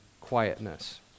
quietness